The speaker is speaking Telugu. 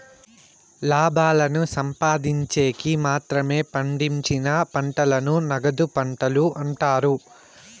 లాభాలను సంపాదిన్చేకి మాత్రమే పండించిన పంటలను నగదు పంటలు అంటారు